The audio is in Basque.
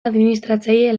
administratzaile